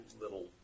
little